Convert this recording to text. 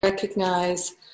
Recognize